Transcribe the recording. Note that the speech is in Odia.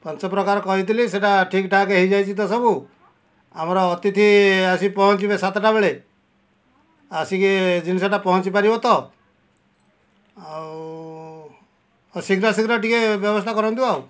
ପାଞ୍ଚ ପ୍ରକାର କହିଥିଲି ସେଇଟା ଠିକ୍ ଠାକ୍ ହୋଇଯାଇଛି ତ ସବୁ ଆମର ଅତିଥି ଆସି ପହଞ୍ଚିବେ ସାତଟା ବେଳେ ଆସିକି ଜିନିଷଟା ପହଞ୍ଚିପାରିବ ତ ଆଉ ଶୀଘ୍ର ଶୀଘ୍ର ଟିକେ ବ୍ୟବସ୍ଥା କରନ୍ତୁ ଆଉ